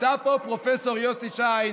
נמצא פה פרופ' יוסי שיין,